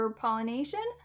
pollination